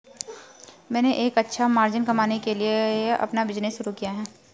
मैंने एक अच्छा मार्जिन कमाने के लिए अपना बिज़नेस शुरू किया है